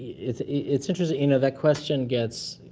it's it's interesting, you know, that question gets,